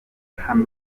hano